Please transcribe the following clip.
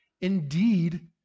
indeed